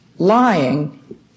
Lying